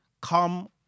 come